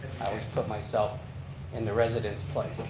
i always put myself in the resident's place.